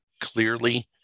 Clearly